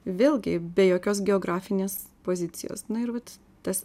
vėlgi be jokios geografinės pozicijos nu ir vat tas